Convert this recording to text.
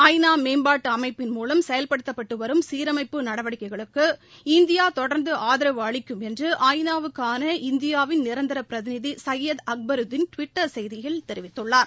ஐ நா மேம்பாட்டு அமைப்பின் மூலம் செயல்படுத்தப்பட்டு வரும் சீரமைப்பு நடவடிக்கைகளுக்கு இந்தியா தொடர்ந்து ஆதரவு அளிக்கும் என்று ஐ நா வுக்கான இந்தியாவின் நிரந்தர பிரதிநிதி சையது அக்பருதீன் டுவிட்டர் செய்தியில் தெரிவித்துள்ளார்